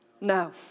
No